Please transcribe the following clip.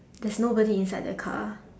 there is nobody inside the car